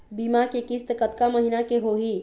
बीमा के किस्त कतका महीना के होही?